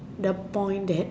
the point that